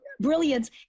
brilliance